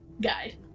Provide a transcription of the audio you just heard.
guide